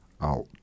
out